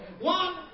One